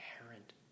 inherent